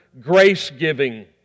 grace-giving